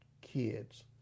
kids